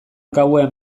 gauean